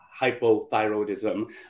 hypothyroidism